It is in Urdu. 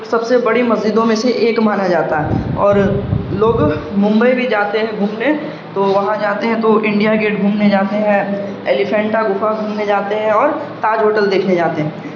سب سے بڑی مسجدوں میں سے ایک مانا جاتا ہے اور لوگ ممبئی بھی جاتے ہیں گھومنے تو وہاں جاتے ہیں تو انڈیا گیٹ گھومنے جاتے ہیں ایلیفینٹا گفا گھومنے جاتے ہیں اور تاج ہوٹل دیکھنے جاتے ہیں